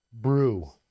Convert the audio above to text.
brew